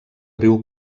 riu